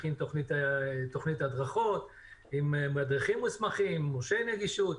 נכין תוכנית הדרכות עם מדריכים מוסמכים מורשי נגישות,